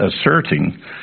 asserting